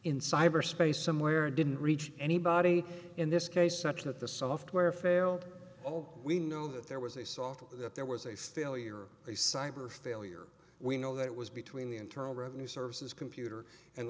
in cyberspace somewhere didn't reach anybody in this case such that the software failed all we know that there was a soft that there was a still you're a cyber failure we know that it was between the internal revenue service is computer and